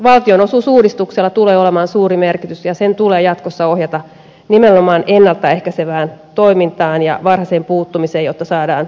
valtionosuusuudistuksella tulee olemaan suuri merkitys ja sen tulee jatkossa ohjata nimenomaan ennalta ehkäisevään toimintaan ja varhaiseen puuttumiseen jotta saadaan kustannuksia alemmaksi